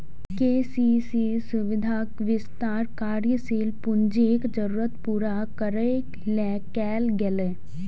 KCC सुविधाक विस्तार कार्यशील पूंजीक जरूरत पूरा करै लेल कैल गेलै